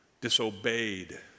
disobeyed